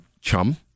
chum